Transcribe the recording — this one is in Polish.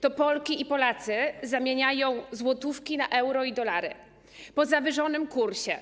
To Polki i Polacy zamieniają złotówki na euro i dolary po zawyżonym kursie.